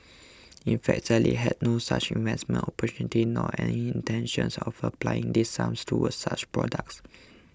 in fact Sally had no such investment opportunity nor any intention of applying these sums towards such products